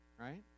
right